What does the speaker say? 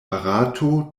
barato